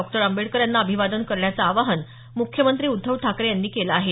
बाबासाहेब आंबेडकर यांना अभिवादन करण्याचं आवाहन मुख्यमंत्री उद्धव ठाकरे यांनी केलं आहे